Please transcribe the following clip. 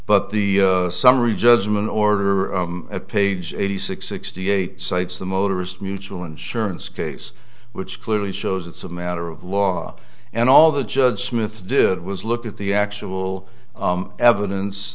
but the summary judgment order page eighty six sixty eight cites the motorist mutual insurance case which clearly shows it's a matter of law and all the judge smith did was look at the actual evidence